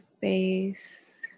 face